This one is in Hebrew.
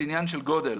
זה עניין של גודל.